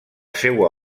seua